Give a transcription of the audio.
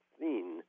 seen